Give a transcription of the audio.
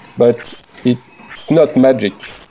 but it's not magic.